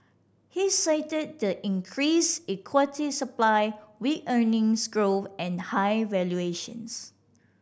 he cited the increased equity supply weak earnings growth and high valuations